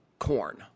corn